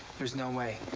there's no way.